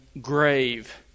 grave